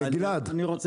גלעד,